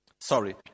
Sorry